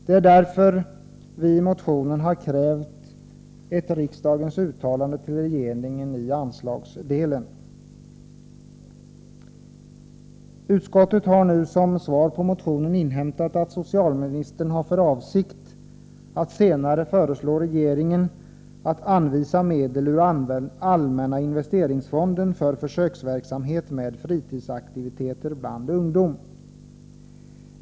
Det är därför som vi i motionen har krävt ett riksdagens uttalande till regeringen i fråga om anslagen. Utskottet har, som svar på motionen, inhämtat att socialministern har för avsikt att senare föreslå regeringen att anvisa medel ur allmänna investeringsfonden för försöksverksamhet med fritidsaktiviteter bland ungdom.